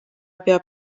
peab